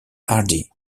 hardy